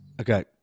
Okay